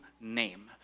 name